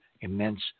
immense